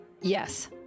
Yes